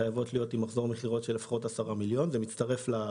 חייבות להציג מחזור מכירות של 10 מיליוני שקלים.